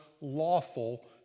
lawful